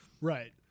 Right